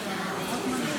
רוטמן,